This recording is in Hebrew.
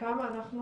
כמה אנחנו